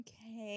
okay